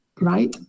right